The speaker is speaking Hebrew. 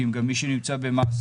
כי אם גם מי שנמצא במעצר,